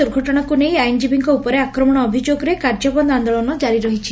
ଦୁର୍ଘଟଶାକୁ ନେଇ ଆଇନଜୀବୀଙ୍କ ଉପରେ ଆକ୍ରମଣ ଅଭିଯୋଗରେ କାର୍ଯ୍ୟବନ୍ଦ ଆଦୋଳନ ଜାରି ରହିଛି